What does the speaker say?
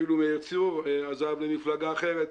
אפילו מאיר צור עזב למפלגה אחרת.